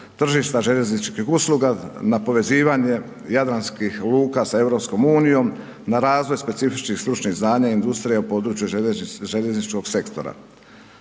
tržišta željezničkih usluga na povezivanje Jadranskih luka sa EU, na razvoj specifičnih stručnih znanja i industrija u području željezničkog sektora.